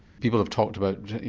people have talked about, you